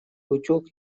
утюг